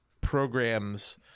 programs